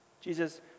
Jesus